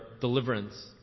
deliverance